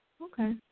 Okay